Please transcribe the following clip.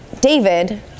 David